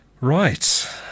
right